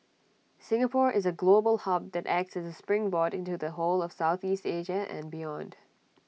Singapore is A global hub that acts as springboard into the whole of Southeast Asia and beyond